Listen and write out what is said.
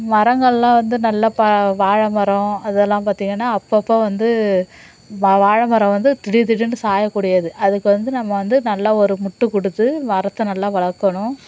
மரங்கள்லாம் வந்து நல்லா பா வாழைமரம் அதெல்லாம் பார்த்தீங்கன்னா அப்பப்போ வந்து வா வாழைமரம் வந்து திடீர் திடீர்ன்ட்டு சாயக்கூடியது அதுக்கு வந்து நம்ம வந்து நல்லா ஒரு முட்டு கொடுத்து மரத்தை நல்லா வளர்க்கணும்